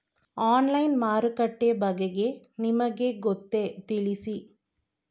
Online ಮಾರುಕಟ್ಟೆ ಬಗೆಗೆ ನಿಮಗೆ ಗೊತ್ತೇ? ತಿಳಿಸಿ?